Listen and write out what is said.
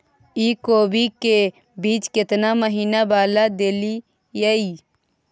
इ कोबी के बीज केना महीना वाला देलियैई?